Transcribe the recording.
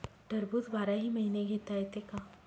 टरबूज बाराही महिने घेता येते का?